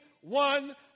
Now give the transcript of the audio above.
one